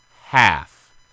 half